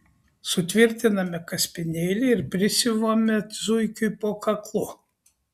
sutvirtiname kaspinėlį ir prisiuvame zuikiui po kaklu